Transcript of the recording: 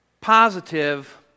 positive